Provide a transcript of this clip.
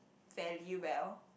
fairly well